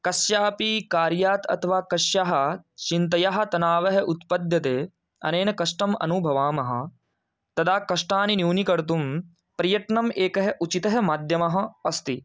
कस्यापि कार्यात् अथवा कस्याः चिन्तायाः तनावः उत्पद्यते अनेन कष्टम् अनुभवामः तदा कष्टानि न्यूनीकर्तुं प्रयत्नं एकः उचितः माध्यमः अस्ति